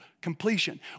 completion